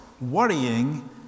worrying